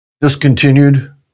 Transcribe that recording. discontinued